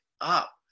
up